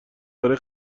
برای